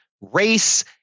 Race